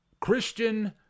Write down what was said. Christian